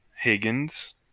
Higgins